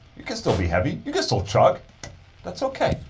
you can still be heavy, you can still chug that's okay.